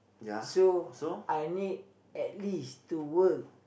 so I need at least to work